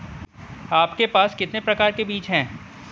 आपके पास कितने प्रकार के बीज हैं?